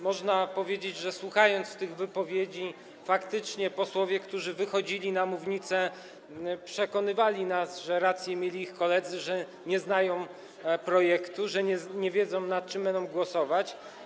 Można powiedzieć, że gdy słucha się tych wypowiedzi, że faktycznie posłowie, którzy wchodzili na mównicę, przekonywali nas, że rację mieli ich koledzy, że nie znają projektu, że nie wiedzą, nad czym będą głosować.